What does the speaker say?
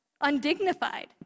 undignified